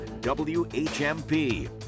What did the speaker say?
WHMP